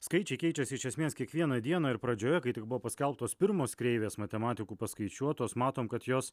skaičiai keičiasi iš esmės kiekvieną dieną ir pradžioje kai tik buvo paskelbtos pirmos kreivės matematikų paskaičiuotos matom kad jos